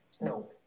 no